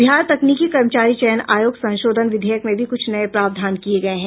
बिहार तकनीकी कर्मचारी चयन आयोग संशोधन विधेयक में भी कुछ नये प्रावधान किये गये हैं